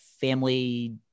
family